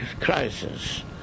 crisis